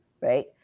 right